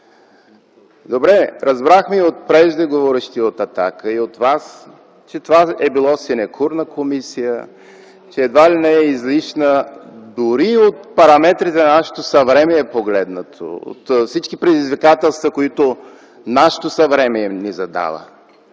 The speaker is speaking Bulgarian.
Добре, разбрахме и от преждеговорившите от „Атака”, и от Вас, че това било синекурна комисия, че едва ли не е излишна дори погледнато от параметрите на нашето съвремие, от всички предизвикателства, които нашето съвремие ни задава.